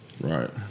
Right